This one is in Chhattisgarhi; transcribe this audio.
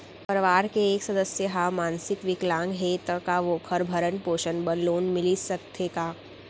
परवार के एक सदस्य हा मानसिक विकलांग हे त का वोकर भरण पोषण बर लोन मिलिस सकथे का?